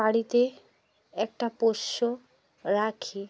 বাড়িতে একটা পোষ্য রাখি